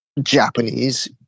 Japanese